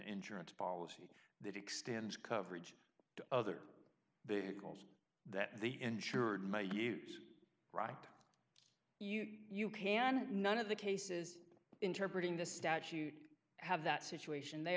insurance policy that extends coverage to other because that the insured may use right you you can none of the cases interpret in the statute have that situation they